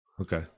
Okay